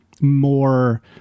more